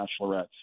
bachelorettes